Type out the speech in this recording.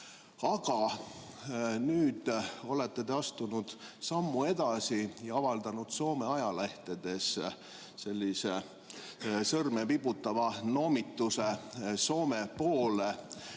Aga nüüd olete te astunud sammu edasi ja avaldanud Soome ajalehtedes sellise sõrme viibutava noomituse Soome poole.